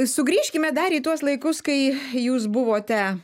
sugrįžkime dar į tuos laikus kai jūs buvote